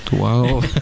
Wow